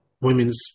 women's